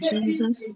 Jesus